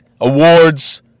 Awards